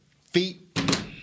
feet